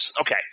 okay